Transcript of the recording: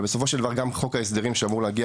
אבל בסופו של דבר, גם חוק ההסדרים שאמור להגיע